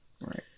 Right